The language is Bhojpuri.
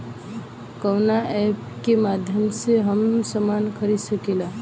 कवना ऐपके माध्यम से हम समान खरीद सकीला?